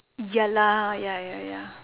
ya lah ya ya ya